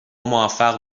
موفق